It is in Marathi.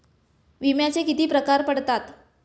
विम्याचे किती प्रकार पडतात?